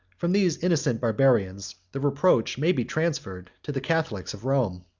from these innocent barbarians, the reproach may be transferred to the catholics of rome.